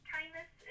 Kindness